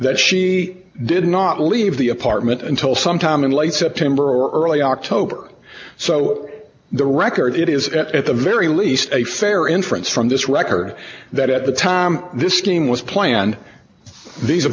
that she did not leave the apartment until sometime in late september early october so the record it is at the very least a fair inference from this record that at the time this scheme was planned these